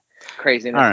Crazy